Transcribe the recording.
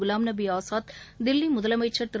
குலாம்நபிஆசாத் தில்லிமுதலமம்ச்ள் திரு